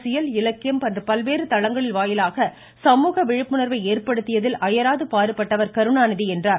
அரசியல் இலக்கியம் என பல்வேறு தளங்கள் வாயிலாக சமூக விழிப்புணர்வை ஏற்படுத்துவதில் அயராது பாடுபட்டவர் கருணாநிதி என்றார்